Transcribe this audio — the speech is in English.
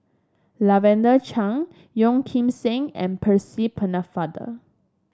Lavender Chang Yeo Kim Seng and Percy Pennefather